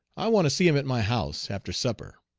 i want to see him at my house after supper.